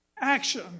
action